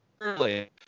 early